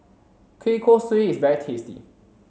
Kueh Kosui is very tasty